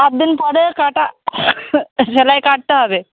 সাত দিন পরের কাটা সেলাই কাটতে হবে